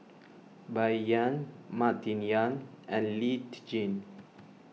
Bai Yan Martin Yan and Lee Tjin